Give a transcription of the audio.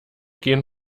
gehen